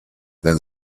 then